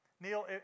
Neil